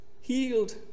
healed